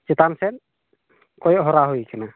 ᱪᱮᱛᱟᱱ ᱥᱮᱫ ᱠᱚᱭᱚᱜ ᱦᱚᱨᱟ ᱦᱩᱭ ᱠᱟᱱᱟ